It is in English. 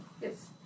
Yes